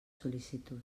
sol·licitud